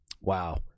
Wow